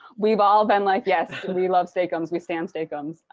we've all been like, yes, and we love steak-umm. we stand steak-umm.